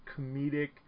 comedic